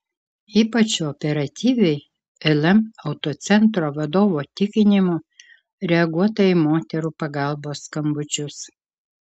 ypač operatyviai lm autocentro vadovo tikinimu reaguota į moterų pagalbos skambučius